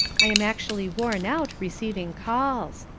i am actually worn out receiving calls,